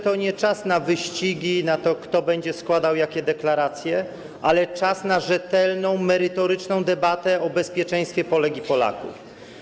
To nie czas na wyścigi, na to, kto będzie składał jakie deklaracje, ale czas na rzetelną, merytoryczną debatę o bezpieczeństwie Polek i Polaków.